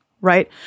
right